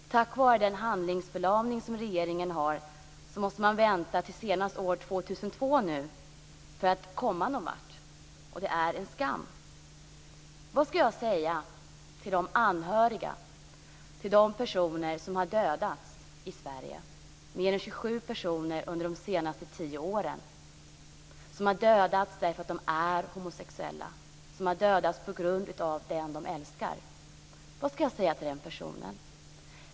På grund av regeringens handlingsförlamning måste man nu vänta till senast år 2002 för att komma någon vart. Och det är en skam. Vad skall jag säga till de anhöriga till de personer som har dödats i Sverige - mer än 27 personer under de senaste tio åren - för att de är homosexuella? De har dödats på grund av den de älskar. Vad skall jag säga till den personen?